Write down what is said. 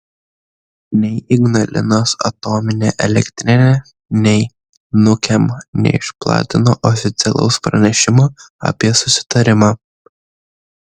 nei ignalinos atominė elektrinė nei nukem neišplatino oficialaus pranešimo apie susitarimą